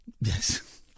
Yes